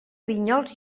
vinyols